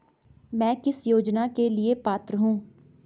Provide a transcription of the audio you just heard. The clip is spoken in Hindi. मैं किस योजना के लिए पात्र हूँ?